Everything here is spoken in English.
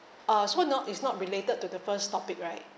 uh so we're not is not related to the first topic right